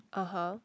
(uh huh)